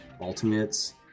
ultimates